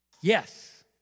Yes